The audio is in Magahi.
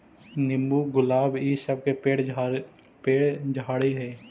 नींबू, गुलाब इ सब के पेड़ झाड़ि हई